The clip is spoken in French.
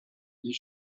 mais